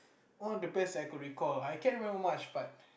one of the best that I could recall I can't remember much but